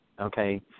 Okay